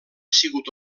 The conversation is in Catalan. sigut